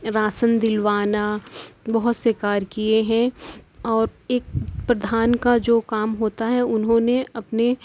ration دلوانا بہت سے کار کیے ہیں اور ایک پردھان کا جو کام ہوتا ہے انہوں نے اپنے